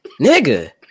Nigga